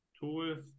tools